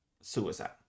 suicide